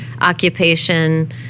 occupation